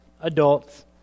adults